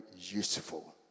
useful